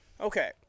okay